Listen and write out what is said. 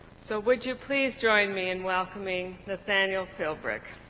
so would you please join me in welcoming nathaniel philbrick.